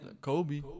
Kobe